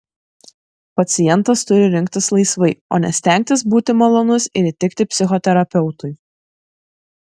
pacientas turi rinktis laisvai o ne stengtis būti malonus ir įtikti psichoterapeutui